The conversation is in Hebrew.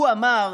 הוא אמר: